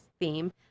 theme